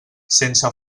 sense